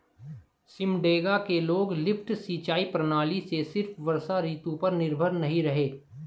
सिमडेगा के लोग लिफ्ट सिंचाई प्रणाली से सिर्फ वर्षा ऋतु पर निर्भर नहीं रहे